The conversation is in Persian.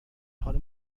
حال